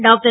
doctor